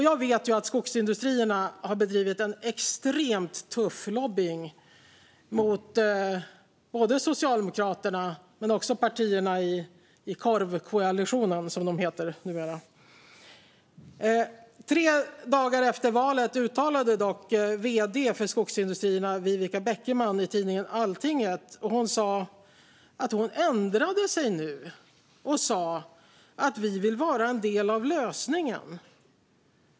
Jag vet att Skogsindustrierna har bedrivit en extremt tuff lobbying mot både Socialdemokraterna och partierna i korvkoalitionen, som de heter numera. Tre dagar efter valet uttalade sig dock Skogsindustriernas vd, Viveka Beckeman, i tidningen Altinget. Hon ändrade sig nu och sa: Vi vill vara en del av lösningen.